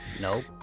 Nope